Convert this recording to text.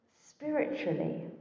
spiritually